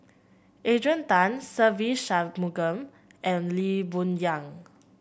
Adrian Tan Se Ve Shanmugam and Lee Boon Yang